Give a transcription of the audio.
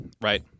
right